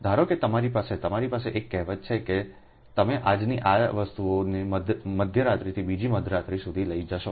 ધારો કે તમારી પાસે તમારી પાસે એક કહેવત છે કે તમે આજની આ વસ્તુને મધ્યરાત્રિથી બીજી મધ્યરાત્રી સુધી લઈ જશો